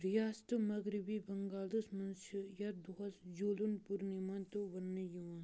رِیاستہٕ مغرِبی بنٛگالس منٛز چھِ یتھ دۄہس جھوٗلُن پُرنیٖما تہٕ ونٛنہٕ یِوان